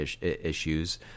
issues